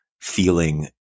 feeling